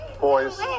Boys